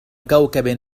كوكب